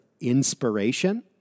inspiration